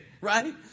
right